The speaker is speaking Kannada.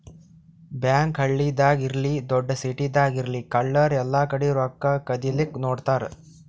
ಬ್ಯಾಂಕ್ ಹಳ್ಳಿದಾಗ್ ಇರ್ಲಿ ದೊಡ್ಡ್ ಸಿಟಿದಾಗ್ ಇರ್ಲಿ ಕಳ್ಳರ್ ಎಲ್ಲಾಕಡಿ ರೊಕ್ಕಾ ಕದಿಲಿಕ್ಕ್ ನೋಡ್ತಾರ್